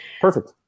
Perfect